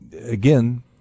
Again